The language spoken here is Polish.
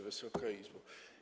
Wysoka Izbo!